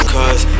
Cause